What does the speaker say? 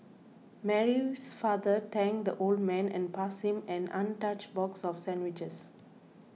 Mary's father thanked the old man and passed him an untouched box of sandwiches